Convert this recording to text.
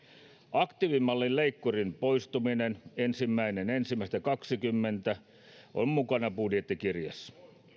aktiivimallin leikkurin poistuminen ensimmäinen ensimmäistä kaksituhattakaksikymmentä on mukana budjettikirjassa